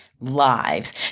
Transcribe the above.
lives